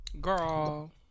girl